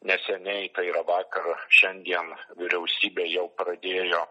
neseniai tai yra vakar šiandien vyriausybė jau pradėjo